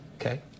okay